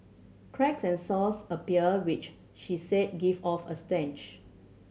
cracks and sores appear which she said give off a stench